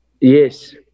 yes